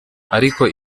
ariko